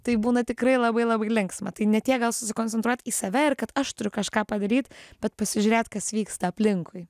tai būna tikrai labai labai linksma tai ne tiek gal susikoncentruot į save ir kad aš turiu kažką padaryt bet pasižiūrėt kas vyksta aplinkui